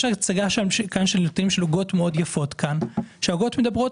יש הצגה כאן הצגה של עוגות מאוד יפות והעוגות מדברות